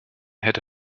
hätte